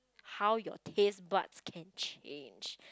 how your taste buds can change